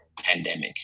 pandemic